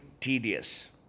tedious